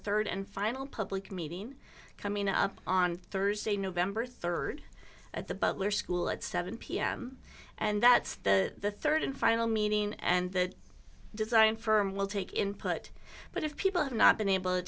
rd and final public meeting coming up on thursday november rd at the butler school at seven pm and that's the rd and final meeting and the design firm will take input but if people have not been able to